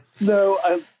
No